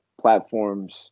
platforms